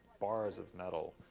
bars of metal,